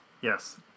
Yes